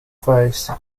face